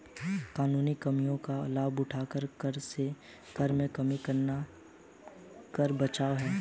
कानूनी कमियों का लाभ उठाकर कर में कमी करना कर बचाव है